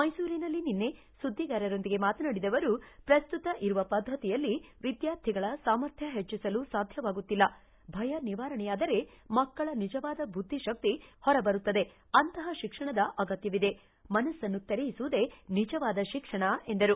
ಮೈಸೂರಿನಲ್ಲಿ ನಿನ್ನೆ ಸುದ್ವಿಗಾರರೊಂದಿಗೆ ಮಾತನಾಡಿದ ಅವರು ಪ್ರಸ್ತುತ ಇರುವ ಪದ್ಧತಿಯಲ್ಲಿ ವಿದ್ಯಾರ್ಥಿಗಳ ಸಾಮರ್ಥ್ಯ ಹೆಟ್ಟಿಸಲು ಸಾಧ್ಯವಾಗುತ್ತಿಲ್ಲ ಭಯ ನಿವಾರಣೆಯಾದರೆ ಮಕ್ಕಳ ನಿಜವಾದ ಬುದ್ದಿ ಶಕ್ತಿ ಹೊರ ಬರುತ್ತದೆ ಅಂತಹ ಶಿಕ್ಷಣದ ಅಗತ್ಯವಿದೆ ಮನಸ್ಸನ್ನು ತೆರಿಯಿಸುವುದೇ ನಿಜವಾದ ಶಿಕ್ಷಣ ಎಂದರು